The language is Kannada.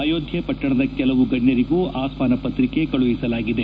ಅಯೋದ್ಧೆ ಪಟ್ಟಣದ ಕೆಲವು ಗಣ್ಯರಿಗೂ ಆಷ್ಟಾನ ಪತ್ರಿಕೆ ಕಳುಹಿಸಲಾಗಿದೆ